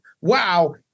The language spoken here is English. wow